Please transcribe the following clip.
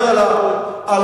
זה, כדאי שתדע.